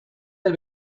del